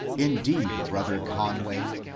indeed, brother conway,